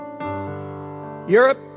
Europe